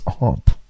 up